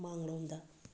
ꯃꯥꯡꯂꯣꯝꯗ